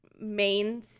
main